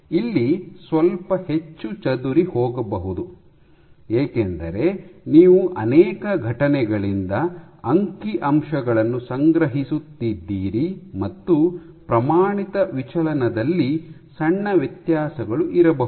ಇಲ್ಲಿ ಸ್ವಲ್ಪ ಹೆಚ್ಚು ಚದುರಿಹೋಗಿರಬಹುದು ಏಕೆಂದರೆ ನೀವು ಅನೇಕ ಘಟನೆಗಳಿಂದ ಅಂಕಿಅಂಶಗಳನ್ನು ಸಂಗ್ರಹಿಸುತ್ತಿದ್ದೀರಿ ಮತ್ತು ಪ್ರಮಾಣಿತ ವಿಚಲನದಲ್ಲಿ ಸಣ್ಣ ವ್ಯತ್ಯಾಸಗಳು ಇರಬಹುದು